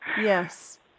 Yes